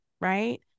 right